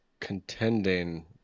Contending